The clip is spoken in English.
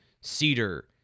cedar